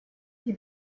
die